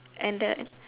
and the